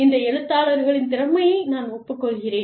இந்த எழுத்தாளர்களின் திறமையை நான் ஒப்புக்கொள்கிறேன்